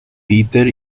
peter